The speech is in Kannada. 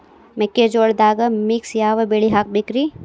ಮೆಕ್ಕಿಜೋಳದಾಗಾ ಮಿಕ್ಸ್ ಯಾವ ಬೆಳಿ ಹಾಕಬೇಕ್ರಿ?